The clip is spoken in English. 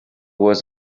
was